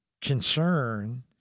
concern